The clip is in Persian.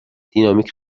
دینامیک